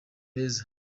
beza